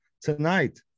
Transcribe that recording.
tonight